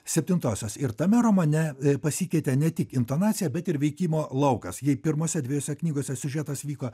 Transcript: septintosios ir tame romane pasikeitė ne tik intonaciją bet ir veikimo laukas jei pirmose dviejose knygose siužetas vyko